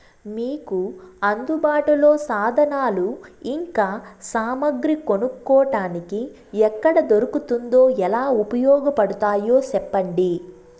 మీకు అందుబాటులో సాధనాలు ఇంకా సామగ్రి కొనుక్కోటానికి ఎక్కడ దొరుకుతుందో ఎలా ఉపయోగపడుతాయో సెప్పండి?